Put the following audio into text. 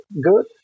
good